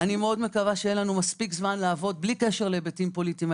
אני מקווה שיהיה לנו מספיק זמן לעבוד בלי קשר להיבטים פוליטיים,